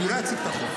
אני לא אציג את החוק.